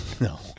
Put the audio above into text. No